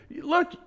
look